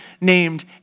named